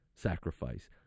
sacrifice